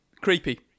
Creepy